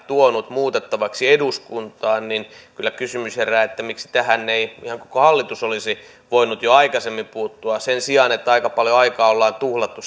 tuonut muutettavaksi eduskuntaan kyllä kysymys herää miksi tähän ei ihan koko hallitus olisi voinut jo aikaisemmin puuttua sen sijaan että aika paljon aikaa ollaan tuhlattu